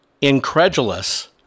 incredulous